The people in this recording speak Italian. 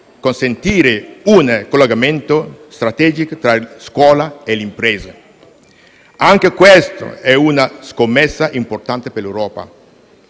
consentire un collegamento strategico tra scuola e imprese. Anche questa è una scommessa importante per l'Europa.